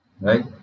Right